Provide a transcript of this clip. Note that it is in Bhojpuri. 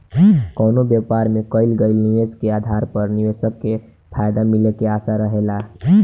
कवनो व्यापार में कईल गईल निवेश के आधार पर निवेशक के फायदा मिले के आशा रहेला